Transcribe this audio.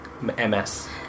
MS